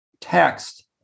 text